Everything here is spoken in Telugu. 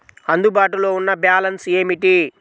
అందుబాటులో ఉన్న బ్యాలన్స్ ఏమిటీ?